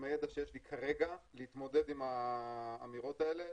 עם הידע שיש לי כרגע להתמודד עם האמירות האלה.